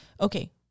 okay